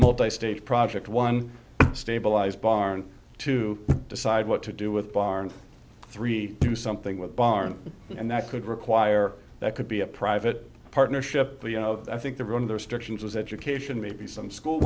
multi state project one stabilized barn to decide what to do with barn three do something with barn and that could require that could be a private partnership i think the run of the structure was education maybe some school